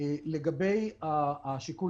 הרושם הוא שבתוך ההתנגשות הזאת של הסיכונים